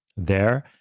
there,